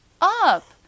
up